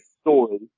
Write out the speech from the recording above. story